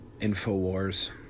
InfoWars